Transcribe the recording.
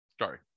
Sorry